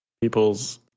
People's